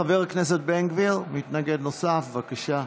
חבר הכנסת בן גביר, מתנגד נוסף, בבקשה.